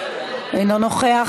אינו נוכח,